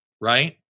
right